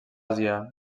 àsia